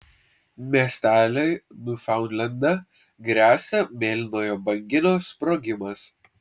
miesteliui niufaundlende gresia mėlynojo banginio sprogimas